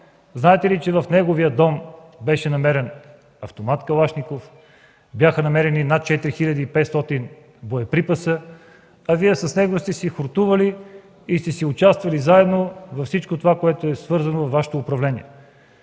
Знаете ли, че в неговия дом бяха намерени автомат „Калашников”, над 4500 боеприпаси? А Вие с него сте си хортували и сте си участвали заедно във всичко това, което е свързано с Вашето управление!